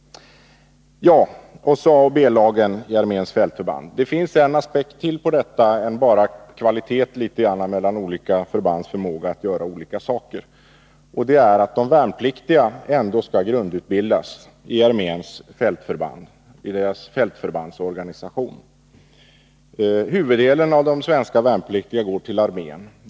Så A och B-lagen i arméns fältförband. Det finns en aspekt till på detta än bara kvaliteten och olika förbands förmåga att göra olika saker, och det är att de värnpliktiga ändå skall grundutbildas i arméns fältförbandsorganisation. Huvuddelen av de svenska värnpliktiga går till armén.